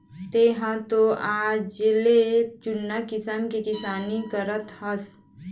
तेंहा तो आजले जुन्ना किसम के किसानी करत हस